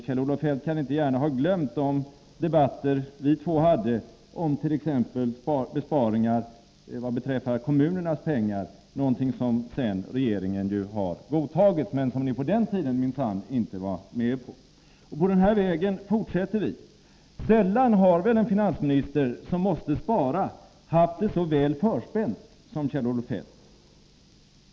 Kjell-Olof Feldt kan inte gärna ha glömt de debatter som vi två hade om t.ex. besparingar beträffande kommunens pengar, något som regeringen sedan har godtagit men som ni på den tiden minsann inte var med på. Och på den här vägen fortsätter vi. Sällan har väl en finansminister som måste spara haft det så väl förspänt som Kjell-Olof Feldt.